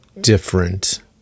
different